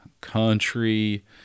country